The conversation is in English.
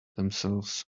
themselves